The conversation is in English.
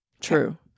True